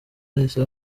bahise